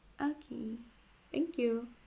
okay thank you